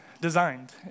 designed